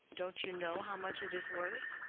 don't you know how much it is worth?